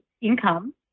income